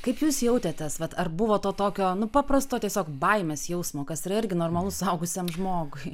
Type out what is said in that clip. kaip jūs jautėtės vat ar buvo to tokio paprasto tiesiog baimės jausmo kas yra irgi normalu suaugusiam žmogui